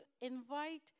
invite